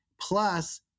plus